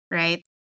right